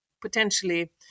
potentially